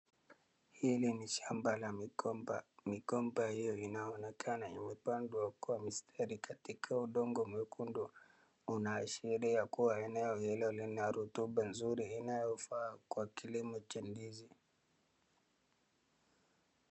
Hili ni shamba la migomba, migomba hiyo inaonekana imepandwa kwa mstari katika katika udongo mwekundu. Unaashiria kuwa eneo lina rutuba nzuri inayofaa kwa kilimo cha ndizi.